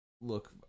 look